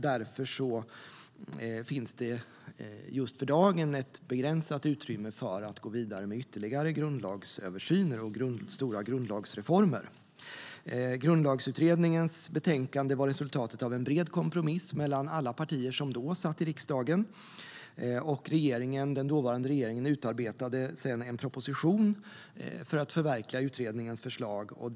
Därför finns det just för dagen ett begränsat utrymme för att gå vidare med ytterligare grundlagsöversyner och stora grundlagsreformer. Grundlagsutredningens betänkande var resultatet av en bred kompromiss mellan alla partier som då satt i riksdagen. Den dåvarande regeringen utarbetade sedan en proposition för att förverkliga utredningens förslag.